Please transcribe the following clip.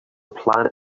planet